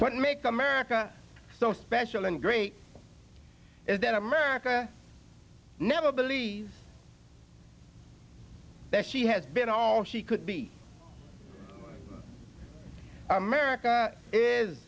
what makes america so special and great is that america never believe that she has been all she could be america is